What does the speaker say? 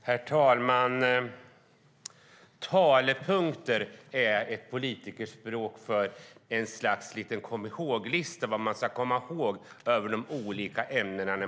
Herr talman! Talepunkter är ett begrepp inom politikerspråk för ett slags komihåglista när man ska diskutera olika ämnen.